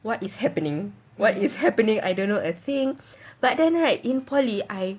what is happening what is happening I don't know a thing but then right in polytechnic I